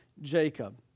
Jacob